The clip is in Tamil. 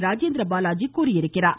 ராஜேந்திர பாலாஜி தெரிவித்துள்ளார்